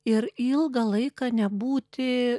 ir ilgą laiką nebūti